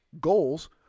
goals